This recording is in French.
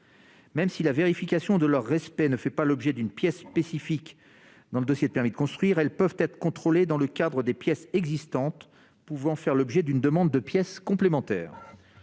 Même si la vérification de leur respect ne fait pas l'objet d'une pièce spécifique dans le dossier de permis de construire, elles peuvent être contrôlées au titre des pièces existantes pouvant faire l'objet d'une demande de pièces complémentaires.